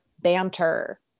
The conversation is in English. banter